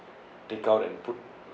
take out and put